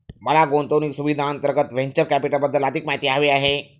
मला गुंतवणूक सुविधांअंतर्गत व्हेंचर कॅपिटलबद्दल अधिक माहिती हवी आहे